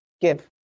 give